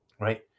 Right